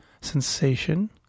sensation